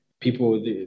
People